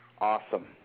Awesome